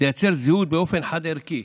לייצר זיהוי באופן חד-ערכי.